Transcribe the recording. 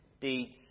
deeds